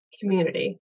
Community